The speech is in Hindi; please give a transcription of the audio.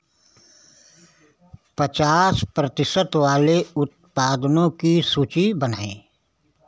पचास प्रतिशत वाले उत्पादों की सूची बनाएँ